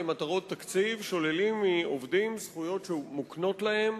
למטרות תקציב שוללים מעובדים זכויות שמוקנות להם.